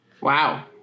Wow